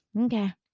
okay